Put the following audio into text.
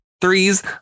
threes